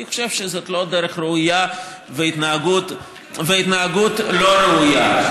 אני חושב שזו לא דרך ראויה והתנהגות לא ראויה.